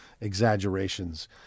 exaggerations